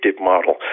model